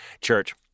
Church